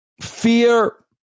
fear